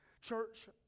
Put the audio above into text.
Church